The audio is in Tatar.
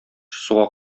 суга